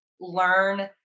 learn